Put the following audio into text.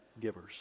givers